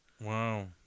wow